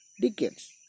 decades